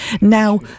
Now